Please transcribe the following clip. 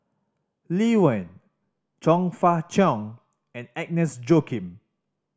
Lee Wen Chong Fah Cheong and Agnes Joaquim